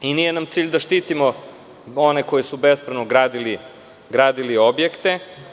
Nije nam cilj da štitimo one koji su bespravno gradili objekte.